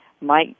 Mike